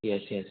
yes yes